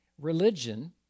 Religion